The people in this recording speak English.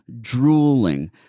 drooling